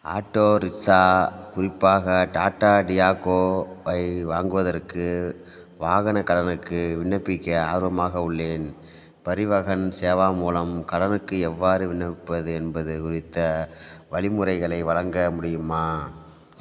auto rickshaw குறிப்பாக Tata Tiago ஐ வாங்குவதற்கு வாகனக் கடனுக்கு விண்ணப்பிக்க ஆர்வமாக உள்ளேன் பரிவாஹன் சேவா மூலம் கடனுக்கு எவ்வாறு விண்ணப்பிப்பது என்பது குறித்த வழிமுறைகளை வழங்க முடியுமா